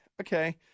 okay